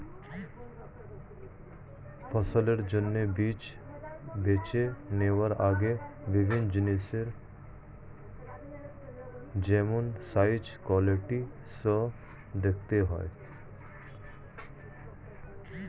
ফসলের জন্য বীজ বেছে নেওয়ার আগে বিভিন্ন জিনিস যেমন সাইজ, কোয়ালিটি সো দেখতে হয়